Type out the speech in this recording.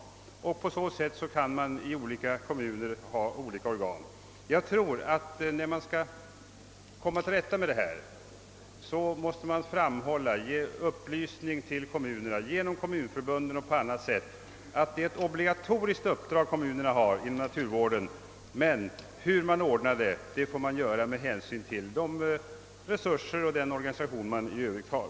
Man kan i olika kommuner ha olika organ för detta ändamål. Om man skall komma till rätta med detta, måste man ge upplysning till kommunerna genom kommunförbunden och på annat sätt, att de har ett obligatoriskt uppdrag inom naturvården. Kommunerna kan sedan ordna detta med hänsyn till sina resurser och den organisation man i övrigt har.